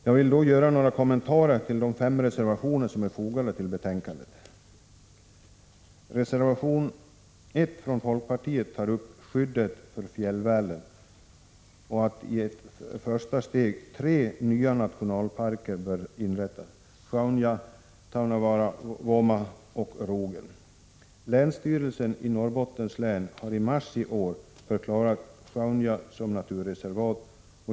Jag skall nu göra några kommentarer till de fem reservationer som är fogade till betänkandet. Reservation 1 från folkpartiet tar upp frågan om skyddet av fjällvärlden, och att i ett första steg tre nya nationalparker bör inrättas — Sjaunja, Taavavuoma och Rogen. Länsstyrelsen i Norrbottens län har i mars i år förklarat Sjaunja som naturreservat.